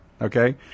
okay